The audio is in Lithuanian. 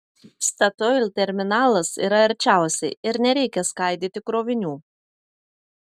statoil terminalas yra arčiausiai ir nereikia skaidyti krovinių